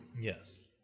yes